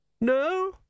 No